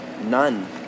none